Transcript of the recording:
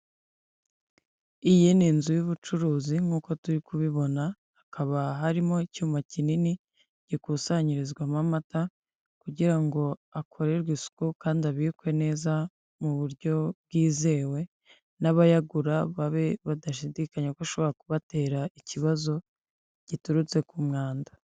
Iyi ni inzu y'ubucuruzi nkuko turi kubibona, hakaba harimo icyuma kinini gikusanyirizwamo amata, kugira ngo akorerwe isuku kandi abikwe neza mu buryo bwizewe n'abayagura babe badashidikanya ko ashobora kubatera ikibazo, giturutse ku mwanda.